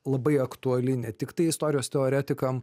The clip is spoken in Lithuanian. labai aktuali ne tiktai istorijos teoretikam